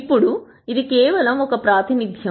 ఇప్పుడు ఇది కేవలం ఒక ప్రాతినిధ్యం